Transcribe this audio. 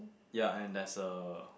ya and there's a